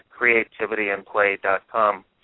creativityandplay.com